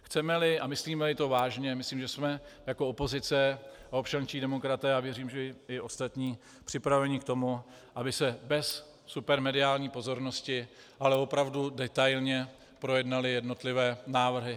Chcemeli a myslímeli to vážně, myslím, že jsme jako opozice a občanští demokraté, a věřím, že i ostatní, připraveni k tomu, aby se bez supermediální pozornosti, ale opravdu detailně projednaly jednotlivé návrhy.